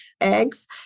eggs